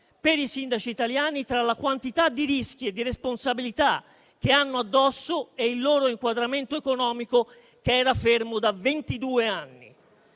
per i sindaci italiani tra la quantità di rischi e di responsabilità che hanno addosso e il loro inquadramento economico, che era fermo da ventidue